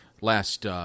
last